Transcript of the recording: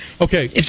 Okay